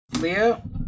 Leo